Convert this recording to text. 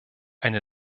eine